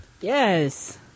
Yes